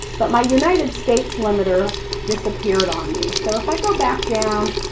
but my united states limiter disappeared on me. so if i go back down,